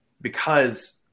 because-